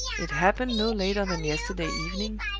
it happened no later than yesterday evening,